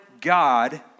God